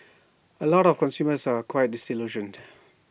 A lot of consumers are quite disillusioned